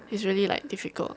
it's really like difficult